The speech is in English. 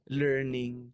learning